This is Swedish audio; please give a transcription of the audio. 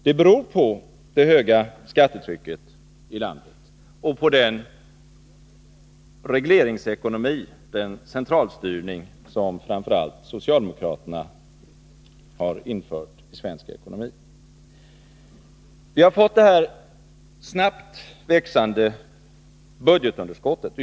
Det beror på det höga skattetrycket i landet och på den regleringsekonomi och den centralstyrning som framför allt socialdemokraterna har infört i svensk ekonomi. Vi har fått ett snabbt växande budgetunderskott.